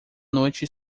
noite